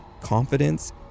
Confidence